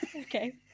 Okay